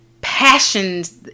passions